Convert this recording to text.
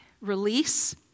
release